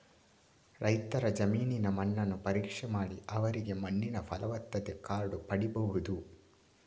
ರೈತರ ಜಮೀನಿನ ಮಣ್ಣನ್ನು ಪರೀಕ್ಷೆ ಮಾಡಿ ಅವರಿಗೆ ಮಣ್ಣಿನ ಫಲವತ್ತತೆ ಕಾರ್ಡು ಪಡೀಬಹುದು